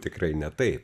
tikrai ne taip